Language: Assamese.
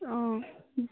অঁ